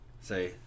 Say